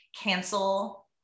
cancel